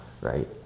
right